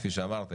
כפי שאמרת,